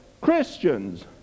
Christians